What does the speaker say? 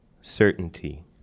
certainty